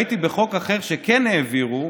שראיתי בחוק אחר שכן העבירו,